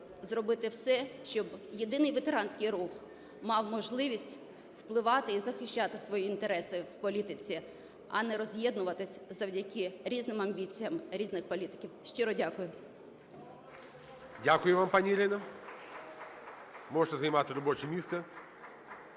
зробити все, щоб єдиний ветеранський рух мав можливість впливати і захищати свої інтереси в політиці, а не роз'єднуватися завдяки різним амбіціям різних політиків. Щиро дякую. ГОЛОВУЮЧИЙ. Дякую вам, пані Ірина. Можна займати робоче місце.